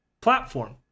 platform